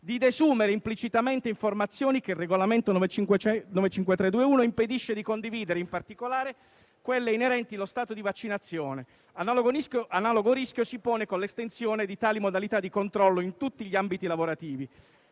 di desumere implicitamente informazioni che il Regolamento 953 del 2021 impedisce di condividere, in particolare quelle inerenti lo stato di vaccinazione; analogo rischio si pone con l'estensione di tali modalità di controllo in tutti gli ambiti lavorativi,